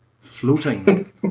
floating